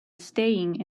staying